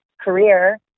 career